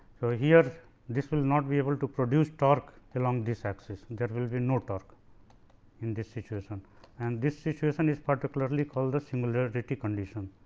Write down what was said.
so, here this will not be able to produce torque along this axis and that will be no torque in this situation and this situation is particularly call the singularity condition.